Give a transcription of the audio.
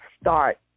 start